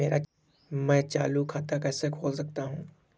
मैं चालू खाता कैसे खोल सकता हूँ?